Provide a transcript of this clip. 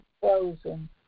frozen